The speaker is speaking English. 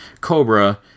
cobra